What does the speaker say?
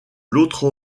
l’autre